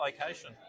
location